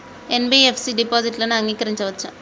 NBFC డిపాజిట్లను అంగీకరించవచ్చా?